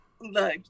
look